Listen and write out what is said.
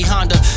Honda